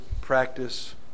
practice